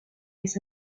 his